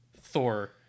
Thor